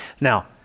now